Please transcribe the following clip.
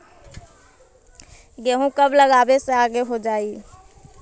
गेहूं कब लगावे से आगे हो जाई?